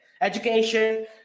Education